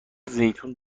زیتون